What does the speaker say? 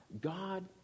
God